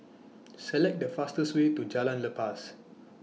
Select The fastest Way to Jalan Lepas